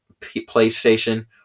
PlayStation